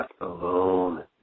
alone